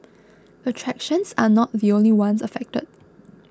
attractions are not the only ones affected